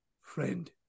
friend